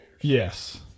Yes